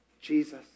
Jesus